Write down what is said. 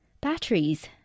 Batteries